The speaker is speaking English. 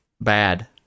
bad